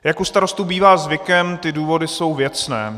Jak u Starostů bývá zvykem, ty důvody jsou věcné.